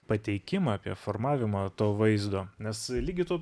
pateikimą apie formavimą to vaizdo nes lygiai tuo